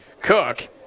Cook